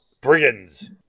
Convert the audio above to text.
brigands